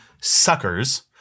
suckers